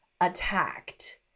attacked